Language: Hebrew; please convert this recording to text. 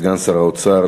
סגן שר האוצר,